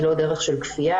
היא לא דרך של כפייה.